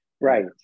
right